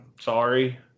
Sorry